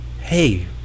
Hey